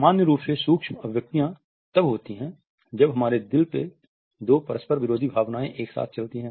सामान्य रूप से सूक्ष्म अभिव्यक्तियां तब होती है जब हमारे दिल में दो परस्पर विरोधी भावनाएं एक साथ चलती हैं